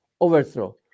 overthrow